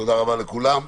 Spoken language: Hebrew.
תודה רבה לכולם,